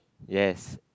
yes